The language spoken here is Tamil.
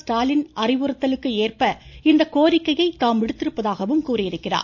ஸ்டாலின் அறிவுறுத்தலுக்கு ஏற்ப இந்த கோரிக்கையை தாம் விடுத்திருப்பதாகவும் கூறியிருக்கிறார்